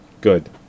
Good